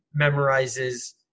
memorizes